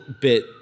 bit